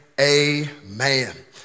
Amen